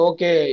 Okay